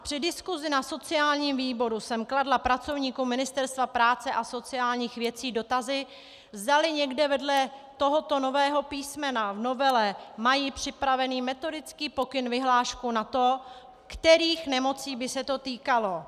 Při diskusi na sociálním výboru jsem kladla pracovníkům Ministerstva práce a sociálních věcí dotazy, zdali někde vedle tohoto nového písmena v novele mají připravený metodický pokyn, vyhlášku na to, kterých nemocí by se to týkalo.